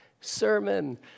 sermon